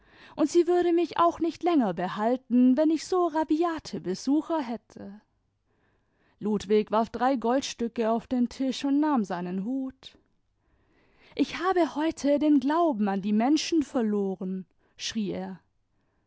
und sie würde mich auch nicht länger behalten wenn ich so rabiate besucher hätte ludwig warf drei goldstücke auf den tisch und nahm seinen hut ich habe heute den glauben an die menschen ver loren schrie er